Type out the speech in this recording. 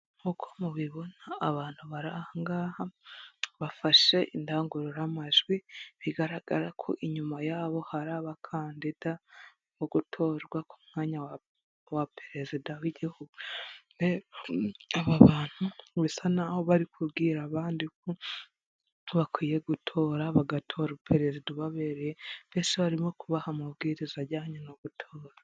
Nk'uko mubibona abantu bari ahangaha bafashe indangururamajwi bigaragara ko inyuma yabo hari abakandida bo gutorwa ku mwanya wa perezida w'igihugu aba bantu bisa n'aho bari kubwira abandi ko bakwiye gutora bagatora perezida ubabereye mbese barimo kubaha amabwiriza ajyanye no gutora.